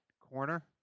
corner